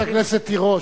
חברת הכנסת תירוש,